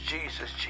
Jesus